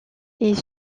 est